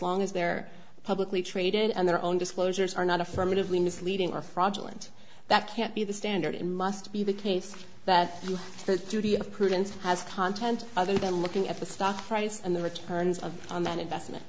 long as they're publicly traded and their own disclosures are not affirmatively misleading or fraudulent that can't be the standard must be the case that the duty of prudence has content other than looking at the stock price and the returns of on that investment